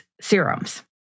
serums